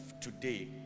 today